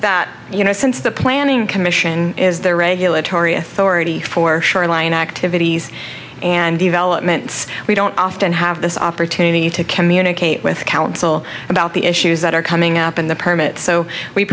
that you know since the planning commission is the regulatory authority for shoreline activities and developments we don't often have this opportunity to communicate with council about the issues that are coming up in the permits so we